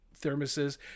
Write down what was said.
thermoses